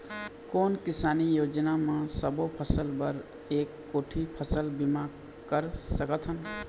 कोन किसानी योजना म सबों फ़सल बर एक कोठी फ़सल बीमा कर सकथन?